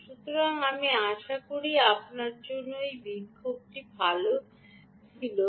সুতরাং আমি আশা করি আপনার জন্য এই বিক্ষোভটি ভাল ছিল